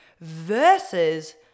versus